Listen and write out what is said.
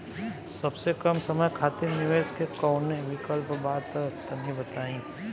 सबसे कम समय खातिर निवेश के कौनो विकल्प बा त तनि बताई?